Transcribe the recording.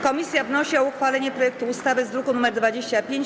Komisja wnosi o uchwalenie projektu ustawy z druku nr 25.